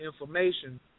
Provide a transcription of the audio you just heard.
information